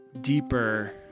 deeper